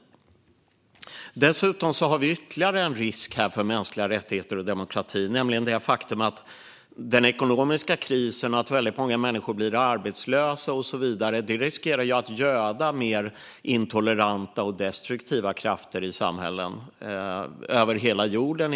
Dessutom ser vi ytterligare en risk för mänskliga rättigheter och demokrati, nämligen det faktum att den ekonomiska krisen och att väldigt många människor blir arbetslösa riskerar att göda mer intoleranta och destruktiva krafter i samhällen över hela jorden.